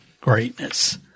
greatness